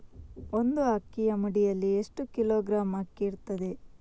ಒಂದು ಅಕ್ಕಿಯ ಮುಡಿಯಲ್ಲಿ ಎಷ್ಟು ಕಿಲೋಗ್ರಾಂ ಅಕ್ಕಿ ಇರ್ತದೆ?